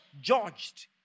judged